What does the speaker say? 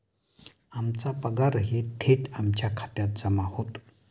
आमचा पगारही थेट आमच्या खात्यात जमा होतो